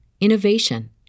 innovation